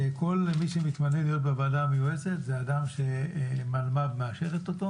שכל מי שמתמנה להיות בוועדה המייעצת זה אדם שמלמ"ב מאשרת אותו